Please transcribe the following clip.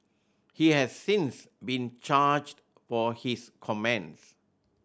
he has since been charged for his comments